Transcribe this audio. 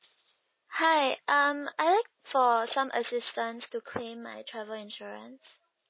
hi um I like for some assistance to claim my travel insurance